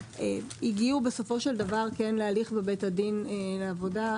הגיעו בסופו של דבר להליך בבית הדין לעבודה.